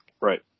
right